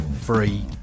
free